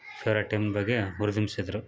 favourite team ಬಗ್ಗೆ ಹುರ್ದುಂಬ್ಸಿದ್ರು